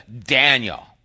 Daniel